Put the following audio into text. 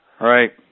right